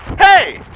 Hey